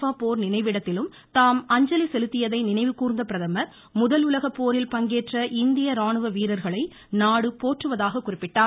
பா போர் நினைவிடத்திலும் தாம் அஞ்சலி செலுத்தியதை நினைவுகூர்ந்த பிரதமர் முதல் உலகப்போரில் பங்கேற்ற இந்திய ராணுவ வீரர்களை நாடு போற்றுவதாக குறிப்பிட்டார்